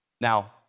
Now